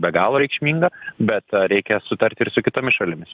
be galo reikšminga bet reikia sutarti ir su kitomis šalimis